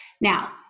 Now